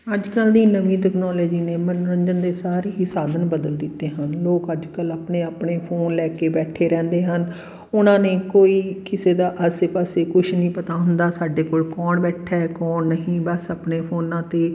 ਅੱਜ ਕੱਲ੍ਹ ਦੀ ਨਵੀਂ ਤਕਨੋਲਜੀ ਨੇ ਮਨੋਰੰਜਨ ਦੇ ਸਾਰੇ ਹੀ ਸਾਧਨ ਬਦਲ ਦਿੱਤੇ ਹਨ ਲੋਕ ਅੱਜ ਕੱਲ੍ਹ ਆਪਣੇ ਆਪਣੇ ਫੋਨ ਲੈ ਕੇ ਬੈਠੇ ਰਹਿੰਦੇ ਹਨ ਉਨ੍ਹਾਂ ਨੇ ਕੋਈ ਕਿਸੇ ਦਾ ਆਸੇ ਪਾਸੇ ਕੁਛ ਨਹੀਂ ਪਤਾ ਹੁੰਦਾ ਸਾਡੇ ਕੋਲ ਕੌਣ ਬੈਠਾ ਕੌਣ ਨਹੀਂ ਬਸ ਆਪਣੇ ਫੋਨਾਂ 'ਤੇ